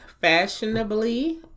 fashionably